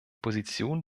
position